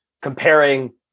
comparing